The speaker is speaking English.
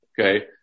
Okay